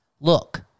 look